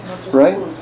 Right